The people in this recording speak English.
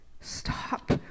Stop